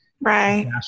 Right